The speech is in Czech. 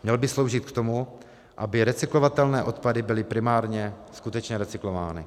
Měl by sloužit k tomu, aby recyklovatelné odpady byly primárně skutečně recyklovány.